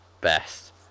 best